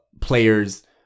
players